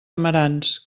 amarants